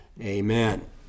Amen